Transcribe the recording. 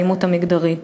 האלימות המגדרית.